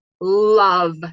love